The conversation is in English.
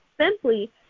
Simply